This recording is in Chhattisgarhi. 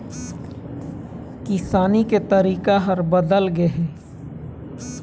किसानी के तरीका ह बदल गे हे